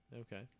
Okay